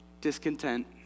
discontent